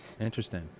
interesting